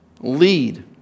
Lead